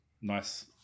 Nice